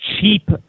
cheap